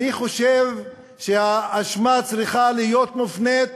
אני חושב שההאשמה צריכה להיות מופנית